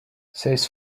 says